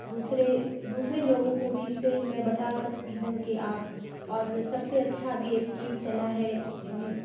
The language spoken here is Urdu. دوسرے دوسرے لوگوں کو بھی اس سے میں بتا سکتی ہوں کہ آپ اور سب سے اچھا اب یہ اسکیم چلا ہے